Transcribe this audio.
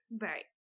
Right